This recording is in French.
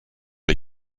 les